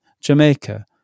Jamaica